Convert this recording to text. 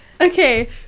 Okay